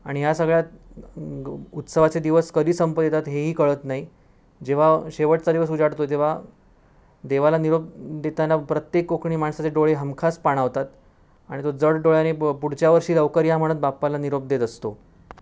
आणि या सगळ्यात उत्सवाचे दिवस कधी संपत येतात हेही कळत नाही जेव्हा शेवटचा दिवस उजाडतो जेव्हा देवाला निरोप देताना प्रत्येक कोकणी माणसाचे डोळे हमखास पाणावतात आणि तो जड डोळ्यांनी प पुढच्या वर्षी लवकर या म्हणत बाप्पाला निरोप देत असतो